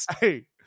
Hey